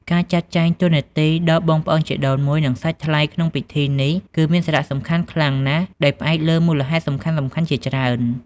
ការចាត់ចែងតួនាទីដល់បងប្អូនជីដូនមួយ និងសាច់ថ្លៃក្នុងពិធីនេះ គឺមានសារៈសំខាន់ខ្លាំងណាស់ ដោយផ្អែកលើមូលហេតុសំខាន់ៗជាច្រើន។